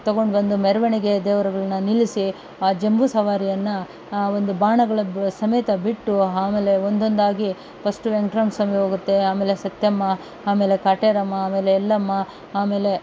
ತೊಗೊಂಡು ಬಂದು ಮೆರವಣಿಗೆ ದೇವರುಗಳನ್ನ ನಿಲ್ಲಿಸಿ ಆ ಜಂಬೂ ಸವಾರಿಯನ್ನು ಒಂದು ಬಾಣಗಳ ಬ ಸಮೇತ ಬಿಟ್ಟು ಆಮೇಲೆ ಒಂದೊಂದಾಗಿ ಪಸ್ಟು ವೆಂಕಟರಮಣ ಸ್ವಾಮಿ ಹೋಗುತ್ತೆ ಆಮೇಲೆ ಸತ್ಯಮ್ಮ ಆಮೇಲೆ ಕಾಟೇರಮ್ಮ ಆಮೇಲೆ ಎಲ್ಲಮ್ಮ ಆಮೇಲೆ